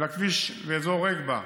אלא גם כביש באזור רגבה,